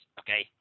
okay